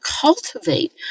cultivate